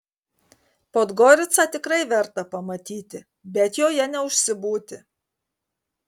podgoricą tikrai verta pamatyti bet joje neužsibūti